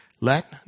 let